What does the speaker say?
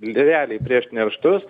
realiai prieš nerštus